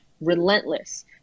Relentless